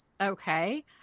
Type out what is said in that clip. Okay